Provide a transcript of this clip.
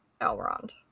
Elrond